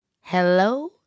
Hello